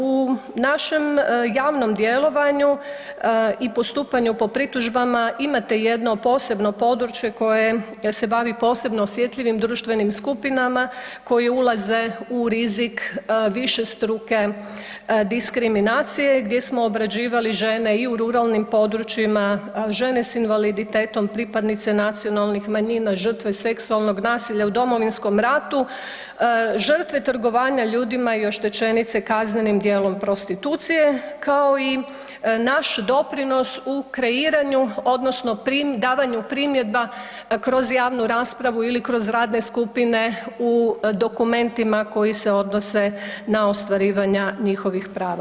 U našem javnom djelovanju i postupanju po pritužbama imate jedno posebno područje koje se bavi posebno osjetljivim društvenim skupinama koji ulaze u rizik višestruke diskriminacije gdje smo obrađivali žene i u ruralnim područjima, žene s invaliditetom, pripadnice nacionalnih manjina, žrtve seksualnog nasilja u Domovinskom ratu, žrtve trgovanja ljudima i oštećenice kaznenim dijelom prostitucije, kao i naš doprinos u kreiranju odnosno pri davanju primjedba kroz javnu raspravu ili kroz radne skupine u dokumentima koji se odnose na ostvarivanja njihovih prava.